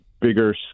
bigger